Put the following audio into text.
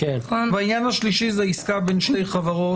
והעניין השלישי זה עסקה בין שתי חברות.